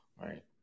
Right